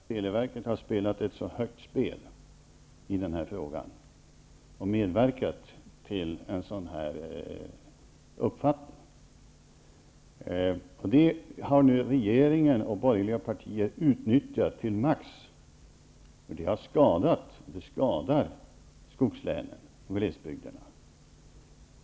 Herr talman! Jag beklagar att televerket har spelat ett så högt spel i denna fråga och medverkat till en sådan här uppfattning. Nu har regeringen och de borgerliga partierna utnyttjat detta till max. Det har skadat och skadar skogslänen och glesbygderna.